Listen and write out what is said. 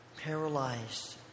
paralyzed